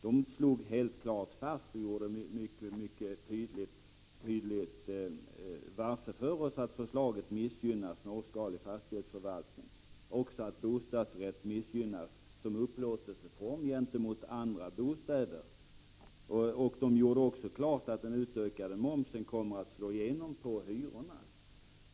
Man slog fast att förslaget missgynnar småskalig fastighetsförvaltning och att även bostadsrätt som upplåtelseform missgynnas gentemot andra bostäder. Man klargjorde också att den ökade momsen kommer att slå igenom på hyrorna.